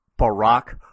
Barack